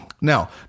Now